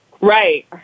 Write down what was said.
Right